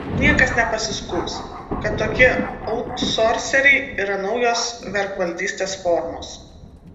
niekas nepasiskųs kad tokie autsorseriai yra naujos vergvaldystės formos